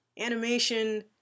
animation